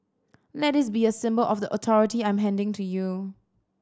let this be a symbol of the authority I'm handing to you